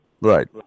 Right